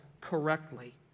correctly